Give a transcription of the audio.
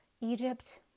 Egypt